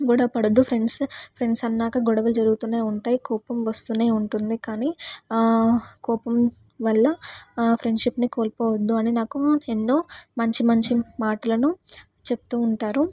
గొడవపడవద్దు friends friends అన్నాక గొడవలు జరుగుతూనే ఉంటాయి కోపం వస్తూనే ఉంటుంది కానీ కోపం వల్ల ఫ్రెండ్షిప్ని కోల్పోవద్దు అని నాకు ఎన్నో మంచి మంచి మాటలను చెప్తూ ఉంటారు